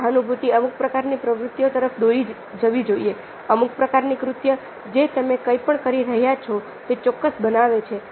સહાનુભૂતિ અમુક પ્રકારની પ્રવૃત્તિઓ તરફ દોરી જવી જોઈએ અમુક પ્રકારની કૃત્ય જે તમે કંઈપણ કરી રહ્યા છો તે ચોક્કસ બનાવે છે